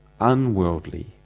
unworldly